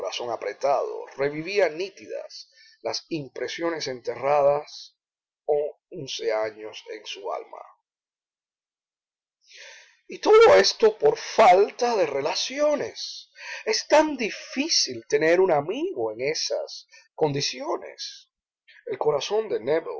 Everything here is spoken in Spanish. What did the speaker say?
corazón apretado revivía nítidas las impresiones enterradas once años en su alma y todo esto por falta de relaciones es tan difícil tener un amigo en esas condiciones el corazón de